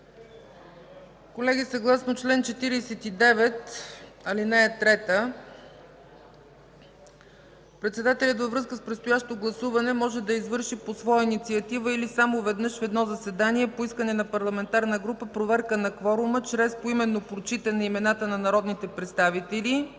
Колеги, съгласно чл. 49, ал. 3 председателят във връзка с предстоящо гласуване може да извърши по своя инициатива или само веднъж в едно заседание по искане на парламентарна група проверка на кворума чрез поименно прочитане имената на народните представители